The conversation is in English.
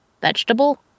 vegetable